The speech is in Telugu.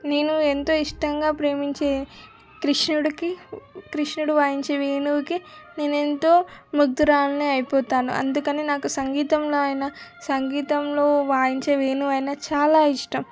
నేను ఎంతో ఇష్టంగా ప్రేమించే కృష్ణుడికి కృష్ణుడు వాయించే వేణువుకి నేను ఎంతో ముగ్ధురాలిని అయిపోతాను అందుకని నాకు సంగీతంలో అయిన సంగీతంలో వాయించే వేణువైన చాలా ఇష్టం